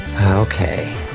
Okay